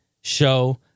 show